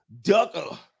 duck